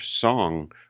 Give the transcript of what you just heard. song